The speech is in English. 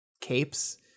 capes